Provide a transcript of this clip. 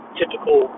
typical